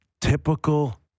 typical